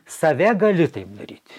save gali taip daryti